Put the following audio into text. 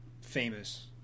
Famous